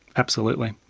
absolutely.